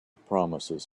promises